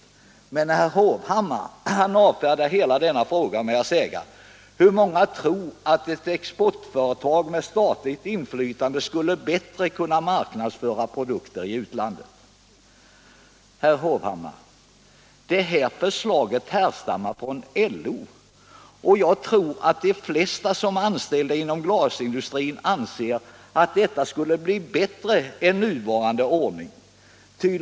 Men herr Hovhammar avfärdar hela denna fråga med att säga: ”Hur många tror att ett exportföretag med statligt inflytande bättre skulle kunna marknadsföra produkter i utlandet?” Herr Hovhammar, detta förslag härstammar från LO, och jag tror att de flesta som är anställda inom glasindustrin anser att det skulle bli bättre än nuvarande ordning.